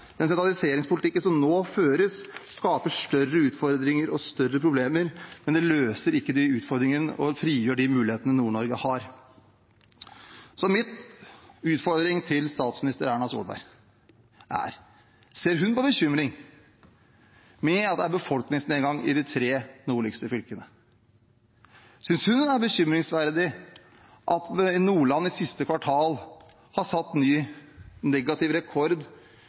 Den sentraliseringspolitikken som nå føres, skaper større utfordringer og større problemer, men den løser ikke de utfordringene og frigjør de mulighetene som Nord-Norge har. Min utfordring til statsminister Erna Solberg er: Ser hun med bekymring på at det er befolkningsnedgang i de tre nordligste fylkene? Synes hun det er bekymringsverdig at Nordland i siste kvartal har satt ny negativ rekord